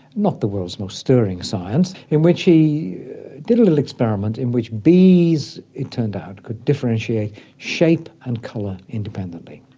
not the world's most sterling science, in which he did a little experiment in which bees it turned out could differentiate shape and colour independently.